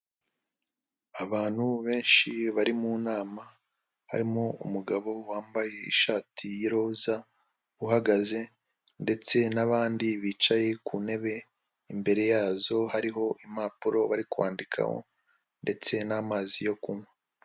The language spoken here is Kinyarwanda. Abantu benshi bari mu nama, harimo umugabo wambaye ishati y'iroza uhagaze, ndetse n'abandi bicaye ku ntebe, imbere yazo hariho impapuro bari kwandikaho, ndetse n'amazi yo kunywa.